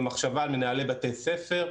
במחשבה על מנהלי בתי הספר,